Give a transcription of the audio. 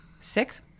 Six